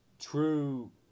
true